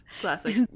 Classic